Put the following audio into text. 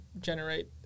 generate